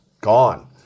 gone